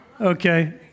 Okay